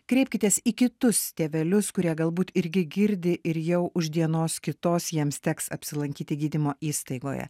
kreipkitės į kitus tėvelius kurie galbūt irgi girdi ir jau už dienos kitos jiems teks apsilankyti gydymo įstaigoje